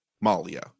Malia